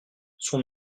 son